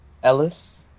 Ellis